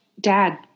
Dad